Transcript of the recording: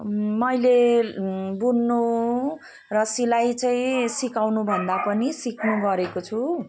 मैले बुन्नु र सिलाई चाहिँ सिकाउनुभन्दा पनि सिक्ने गरेको छु